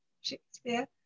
Shakespeare